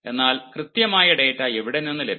എന്നാൽ കൃത്യമായ ഡാറ്റ എവിടെ നിന്ന് ലഭിക്കും